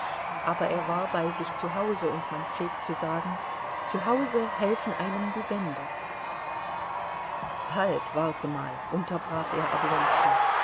aber er war bei sich zu hause und man pflegt zu sagen zu hause helfen einem die wände halt warte mal unterbrach er oblonski